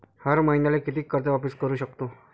हर मईन्याले कितीक कर्ज वापिस करू सकतो?